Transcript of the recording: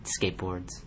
skateboards